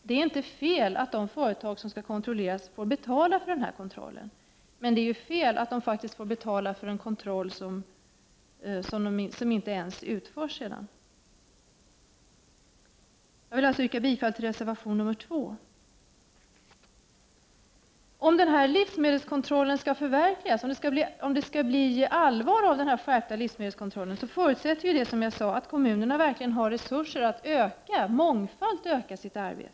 Det är inte fel att de företag som skall kontrolleras får betala för kontrollen, men det är fel att de får betala för en kontroll som inte ens utförs. Jag vill yrka bifall till reservation nr 2. Om det skall bli allvar av den skärpta livsmedelskontrollen förutsätter detta att kommunerna verkligen har resurser att mångfalt öka sitt arbete.